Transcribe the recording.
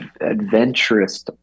adventurous